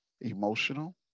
Emotional